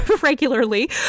regularly